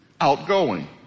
outgoing